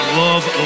love